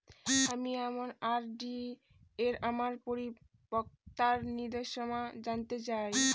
আমি আমার আর.ডি এর আমার পরিপক্কতার নির্দেশনা জানতে চাই